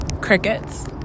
Crickets